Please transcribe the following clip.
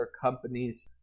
companies